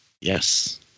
Yes